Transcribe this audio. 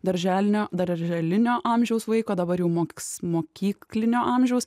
darželinio darželinio amžiaus vaiko dabar jau moks mokyklinio amžiaus